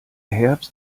herbst